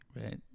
right